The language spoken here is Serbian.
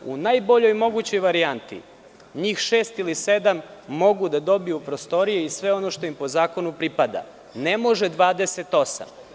U najboljoj mogućoj varijanti njih šest ili sedam mogu da dobiju prostorije i sve ono što im po zakonu pripada, a ne može 28.